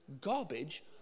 garbage